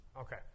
Okay